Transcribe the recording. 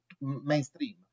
mainstream